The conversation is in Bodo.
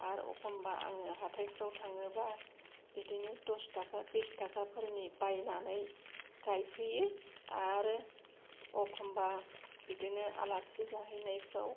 आरो एखनबा आङो हाथायफ्राव थाङोबा बिदिनो दस थाखा बिस थाखाफोरनि बायनानै गायफैयो आरो एखनबा बिदिनो आलासि जाहैनायफोराव